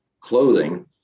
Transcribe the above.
clothing